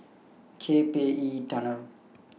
K P E Tunnel